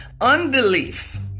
unbelief